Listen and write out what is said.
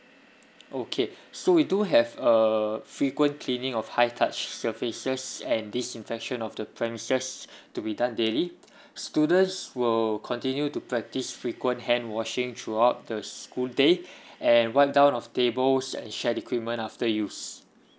okay so we do have uh frequent cleaning of high touch surfaces and disinfection of the premises to be done daily students will continue to practise frequent hand washing throughout the school day and wipe down of tables and shared equipment after used